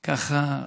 ככה,